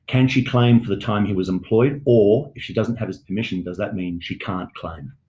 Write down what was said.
can she claim for the time he was employed or if she doesn't have his permission, does that mean she can't claim?